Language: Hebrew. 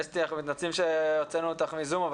אסתי, אנחנו מתנצלים שהוצאנו אותם מזום.